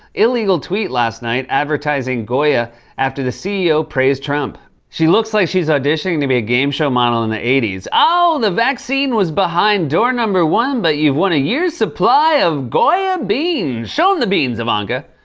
illegal tweet last night, advertising goya after the ceo praised trump. she looks like she's auditioning to be a game show model and the eighty s. oh, the vaccine was behind door number one, but you've won a year's supply of goya beans! show em the beans, ivanka.